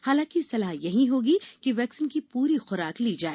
हालांकि सलाह यही होगी कि वैक्सीन की पूरी खुराक ली जाए